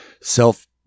self